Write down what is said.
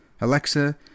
Alexa